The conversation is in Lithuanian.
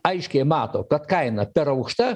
aiškiai mato kad kaina per aukšta